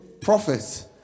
prophets